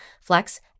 Flex